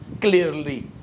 clearly